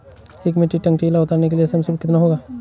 एक metric tonne केला उतारने का श्रम शुल्क कितना होगा?